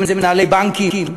מס המעסיקים זה מנהלי בנקים,